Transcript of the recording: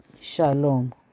shalom